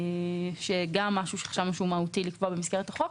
זה גם דבר שחשבנו שמהותי לקבוע במסגרת החוק,